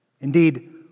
Indeed